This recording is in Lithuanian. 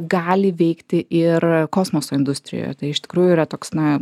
gali veikti ir kosmoso industrijoje tai iš tikrųjų yra toks na